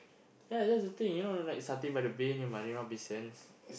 ya that's the thing you know know like satay by the bay near Marina-Bay-Sands